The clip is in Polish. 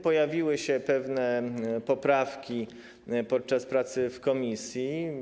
Pojawiły się pewne poprawki podczas pracy w komisji.